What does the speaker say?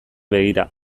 begira